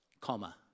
Comma